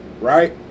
right